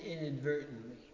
inadvertently